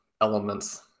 elements